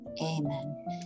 amen